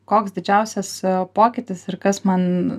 koks didžiausias pokytis ir kas man